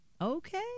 Okay